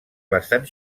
bastant